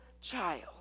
child